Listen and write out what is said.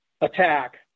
attack